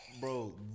Bro